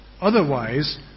Otherwise